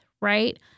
right